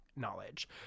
knowledge